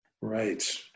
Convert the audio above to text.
Right